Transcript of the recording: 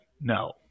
No